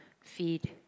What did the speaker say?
feed